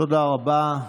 תודה רבה,